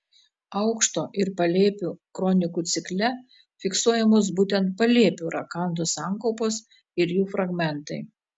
aukšto ir palėpių kronikų cikle fiksuojamos būtent palėpių rakandų sankaupos ir jų fragmentai